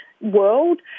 world